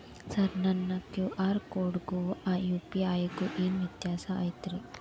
Sir ನನ್ನ QR ಕೊಡಿಗೂ ಆ ಯು.ಪಿ.ಐ ಗೂ ಏನ್ ವ್ಯತ್ಯಾಸ ಐತ್ರಿ?